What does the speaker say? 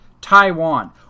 Taiwan